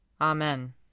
Amen